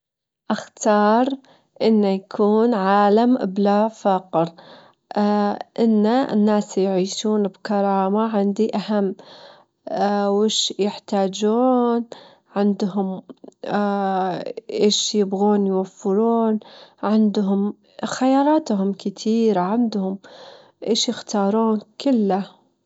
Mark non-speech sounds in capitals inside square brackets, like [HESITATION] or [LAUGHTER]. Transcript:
أول شي عشان تحضرين الرز، تغسلين الرز تحت الموية عشان تشيلين النشا الزايد منها، بعدين تحطين الرز في جدر [HESITATION] مع موية بكمية- ضعف كمية الرز، تخلينه يغلي وتخففين النار عليه لمدة عشر خمستاشر دجيجة، تخلينه لحد ما يستوي.